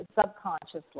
subconsciously